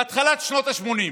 בתחילת שנות שמונים.